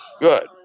Good